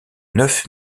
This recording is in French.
neuf